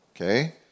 okay